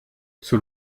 zur